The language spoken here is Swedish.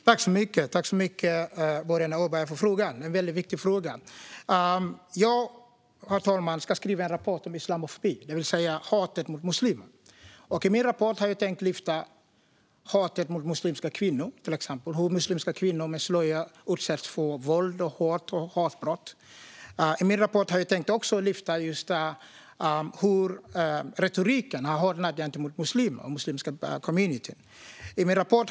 Herr talman! Tack så mycket, Boriana Åberg, för frågan! Den är väldigt viktig. Jag ska, herr talman, skriva en rapport om islamofobi, det vill säga hatet mot muslimer. I min rapport har jag tänkt att lyfta fram hatet mot muslimska kvinnor, till exempel hur muslimska kvinnor med slöja utsätts för våld, hot och hatbrott. Jag har i rapporten också tänkt att ta upp hur retoriken gentemot muslimer och den muslimska communityn har hårdnat.